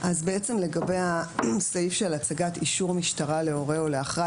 לגבי הסעיף של הצגת אישור משטרה להורה או לאחראי